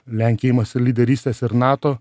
lenkija imasi lyderystės ir nato